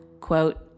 quote